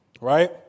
right